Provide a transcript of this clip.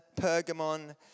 Pergamon